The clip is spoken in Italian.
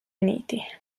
uniti